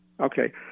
Okay